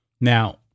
Now